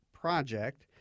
project